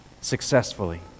successfully